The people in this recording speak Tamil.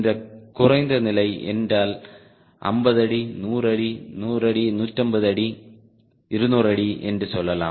இந்த குறைந்த நிலை என்றால் 50 அடி 100 அடி 100 அடி 150 அடி 200 அடி என்று சொல்வோம்